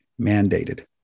mandated